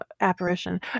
apparition